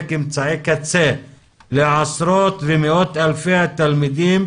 אמצעי קצה לעשרות ומאות אלפי התלמידים,